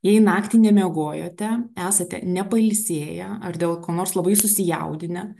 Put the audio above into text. jei naktį nemiegojote esate nepailsėję ar dėl ko nors labai susijaudinę